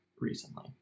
recently